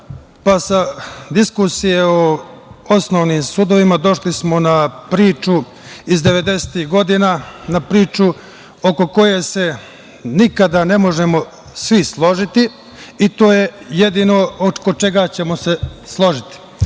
sa diskusije o osnovnim sudovima došli smo na priču iz devedesetih godina, na priču oko koje se nikada ne možemo svi složiti i to je jedino oko čega ćemo se složiti. Dakle,